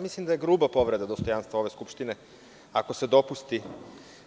Mislim da je gruba povreda dostojanstva ove skupštine ako se dopusti